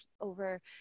over